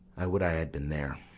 i would i had been there.